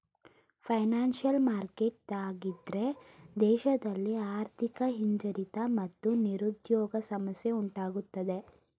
financial market ತಗ್ಗಿದ್ರೆ ದೇಶದಲ್ಲಿ ಆರ್ಥಿಕ ಹಿಂಜರಿತ ಮತ್ತು ನಿರುದ್ಯೋಗ ಸಮಸ್ಯೆ ಉಂಟಾಗತ್ತದೆ